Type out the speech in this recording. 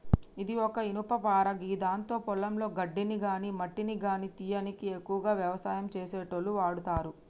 ఇది ఒక ఇనుపపార గిదాంతో పొలంలో గడ్డిని గాని మట్టిని గానీ తీయనీకి ఎక్కువగా వ్యవసాయం చేసేటోళ్లు వాడతరు